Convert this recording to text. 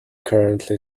currently